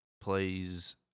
plays